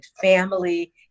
family